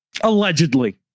allegedly